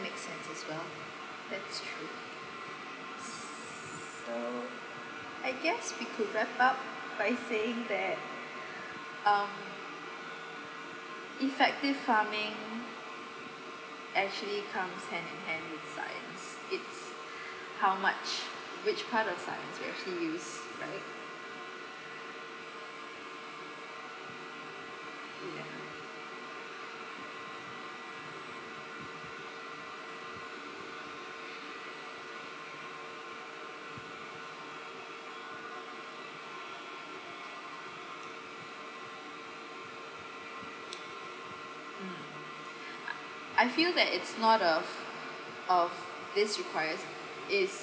makes sense as well that's true so I guess we could wrap up by saying that um effective farming actually comes hand in hand with science it's how much which part of science we actually use right ya mm uh I feel that it's not of of this requires is